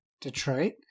Detroit